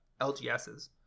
LGSs